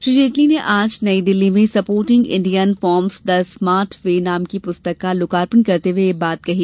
श्री जेटली ने आज नई दिल्ली में supporting Indian farms the smart way नाम की पुस्तक का लोकार्पण करते हुए यह बात कही